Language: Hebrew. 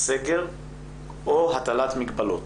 סגר או הטלת מגבלות.